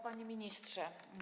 Panie Ministrze!